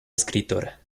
escritora